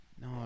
No